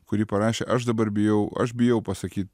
kurį parašė aš dabar bijau aš bijau pasakyt